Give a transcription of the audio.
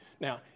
Now